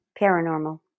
paranormal